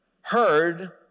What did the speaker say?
heard